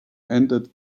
ended